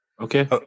Okay